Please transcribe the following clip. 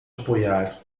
apoiar